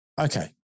okay